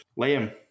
Liam